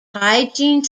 hygiene